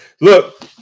Look